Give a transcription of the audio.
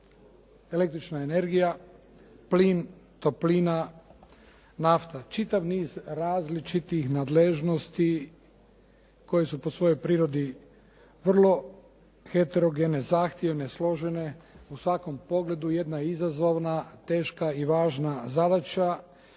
električna energija, plin, toplina, nafta. Čitav niz različitih nadležnosti koje su po svojoj prirodi vrlo heterogene, zahtjevne, složene. U svakom pogledu jedna je izazovna, teška i važna zadaća